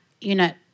unit